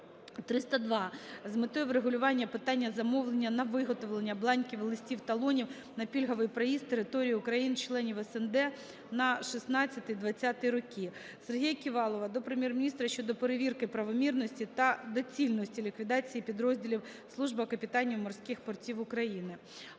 №302 з метою врегулювання питання замовлення на виготовлення бланків листів талонів на пільговий проїзд територією країн-членів СНД на 16-20-і роки. Сергія Ківалова до Прем'єр-міністра щодо перевірки правомірності та доцільності ліквідації підрозділів "Служба капітанів морських портів України".